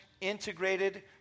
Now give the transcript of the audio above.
integrated